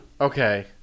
Okay